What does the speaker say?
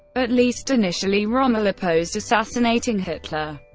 at least initially, rommel opposed assassinating hitler.